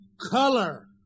color